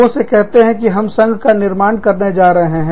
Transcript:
लोगों से कहते हैं कि हम संघ का निर्माण करने जा रहे हैं